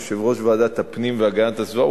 יושב-ראש ועדת הפנים והגנת הסביבה,